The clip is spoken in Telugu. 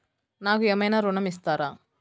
నాకు ఏమైనా ఋణం ఇస్తారా?